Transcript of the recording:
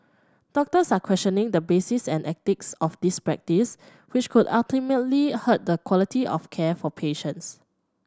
doctors are questioning the basis and ethics of this practice which could ultimately hurt the quality of care for patients